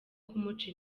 kumuca